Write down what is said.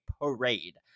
Parade